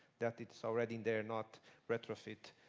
that it is already in there, not retrofit.